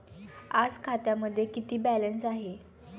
आज खात्यामध्ये किती बॅलन्स आहे?